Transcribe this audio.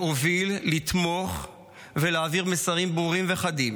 להוביל, לתמוך ולהעביר מסרים ברורים וחדים: